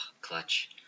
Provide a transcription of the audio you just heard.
clutch